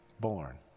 born